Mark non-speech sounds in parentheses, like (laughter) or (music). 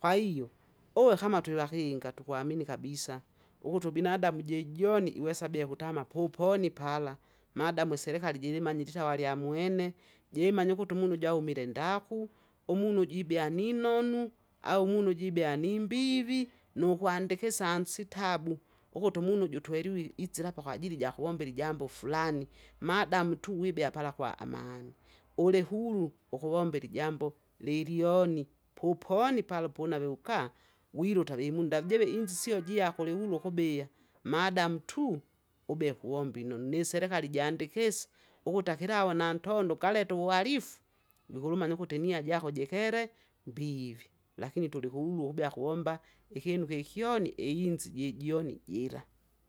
Kwahiyo, uwe kama tulivakinga tukwamini kabisa, ukutu ubinadamu jejoni iwesa abie kutama puponi pala, madami iserekali jirimanyire itawalyamwene, jirimanye ukuti umunu jaumile ndaku? umunu uju ibea ninonu? au umunu uju ibea nimbivi nukwandikisa ansitabu, ukutu umunu uju tweliwe isila apa kwajili jakuvombera ijambo furani, madamu tu wibea pala kwa amani. Ulihuru ukuvombera ijambo, lilyoni pupono pala pounave ukaa, wiruta vimunda ajive inzi sio jiako uruhuru ukubiya, madamu tu ubea kuwomba inonu, niserekali jandikisi ukuti akilawa nantondo ukaleta uwarifu, (noise) vukulumanya ukuti inia jako jekele! mbivi. Lakini tulikuhudua ubya kuwomba, ikinu kikyoni einzi jijoni jira.